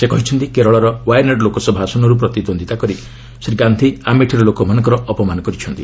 ସେ କହିଛନ୍ତି କେରଳର ୱାୟାନାଡ୍ ଲୋକସଭା ଆସନର୍ତ୍ତ ପ୍ରତିଦ୍ୱନ୍ଦୀତା କରି ଶ୍ରୀ ଗାନ୍ଧି ଆମେଠିର ଲୋକମାନଙ୍କର ଅପମାନ କରିଛନ୍ତି